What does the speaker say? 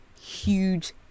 huge